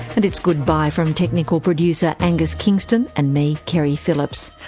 and it's goodbye from technical producer angus kingston and me, keri phillips.